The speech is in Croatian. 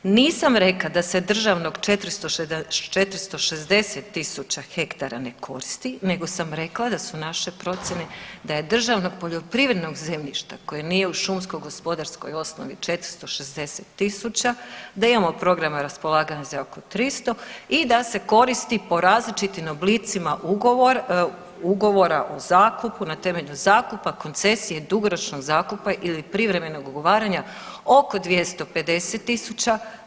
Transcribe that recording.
Nisam rekla da se državnog 460 000 ha ne koristi, nego sam rekla da su naše procjene da je državnog poljoprivrednog zemljišta koje nije u šumsko-gospodarskoj osnovi 460 000, da imamo programe raspolaganja za oko 300 i da se koristi po različitim oblicima ugovora o zakupu na temelju zakupa, koncesije, dugoročnog zakupa ili privremenog ugovaranja oko 250 000.